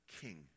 king